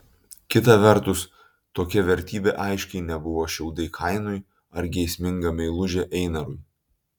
kita vertus tokia vertybė aiškiai nebuvo šiaudai kainui ar geisminga meilužė einarui